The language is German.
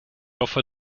hoffe